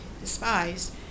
despised